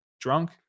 drunk